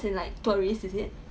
as in like tourist is it